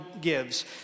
gives